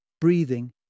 Breathing